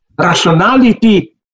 rationality